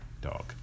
Dog